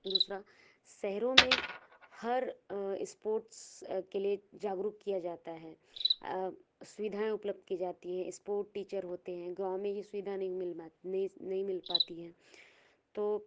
दूसरा शहरों में हर स्पोर्ट्स के लिए जागरूक किया जाता है सुविधाएं उपलब्ध की जाती हैं स्पोर्ट टीचर होते हैं गाँव में ये सुविधा नहीं नहीं मिल पाती हैं तो